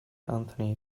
anthony